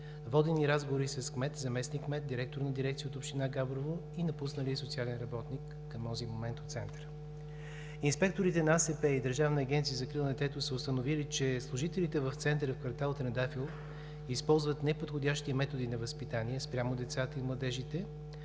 водени разговори кмет, заместник-кмет, директор на дирекция от община Габрово и напусналия към онзи момент Центъра социален работник. Инспекторите от АСП и Държавната агенция за закрила на детето са установили, че служителите в Центъра в квартал „Трендафил“ използват неподходящи методи на възпитание спрямо децата и младежите